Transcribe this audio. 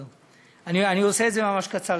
אני עושה את זה ממש קצר,